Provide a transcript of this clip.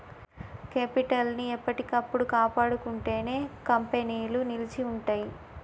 capital ని ఎప్పటికప్పుడు కాపాడుకుంటేనే కంపెనీలు నిలిచి ఉంటయ్యి